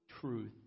truth